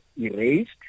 erased